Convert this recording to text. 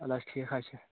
اَد حظ ٹھیٖک حظ چھِ